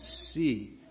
see